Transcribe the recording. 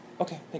Okay